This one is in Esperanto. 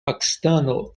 pakistano